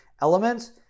elements